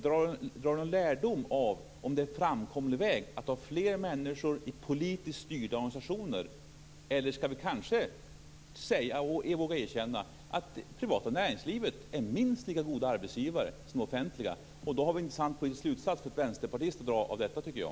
Är det en framkomlig väg att ha fler människor i politiskt styrda organisationer, eller ska vi kanske våga erkänna att privata näringslivet är en minst lika god arbetsgivare som det offentliga? Det finns en intressant slutsats att dra av detta för en vänsterpartist, tycker jag.